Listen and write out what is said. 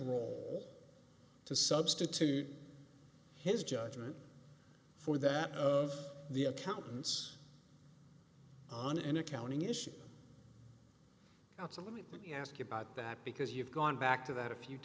role to substitute his judgment for that of the accountants on an accounting issue let me ask you about that because you've gone back to that a few